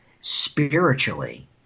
spiritually